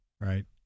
right